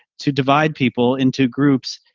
to divide people into groups,